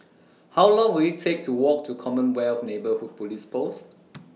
How Long Will IT Take to Walk to Commonwealth Neighbourhood Police Post